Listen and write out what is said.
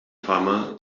fama